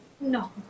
no